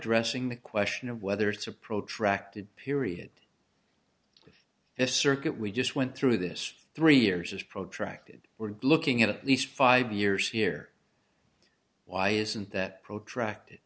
addressing the question of whether it's a protracted period a circuit we just went through this three years is protracted we're looking at least five years here why isn't that protracted